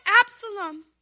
Absalom